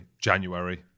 January